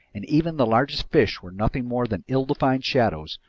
and even the largest fish were nothing more than ill-defined shadows,